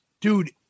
Dude